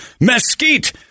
mesquite